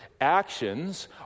Actions